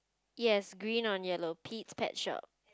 yes green on yellow pits pet shop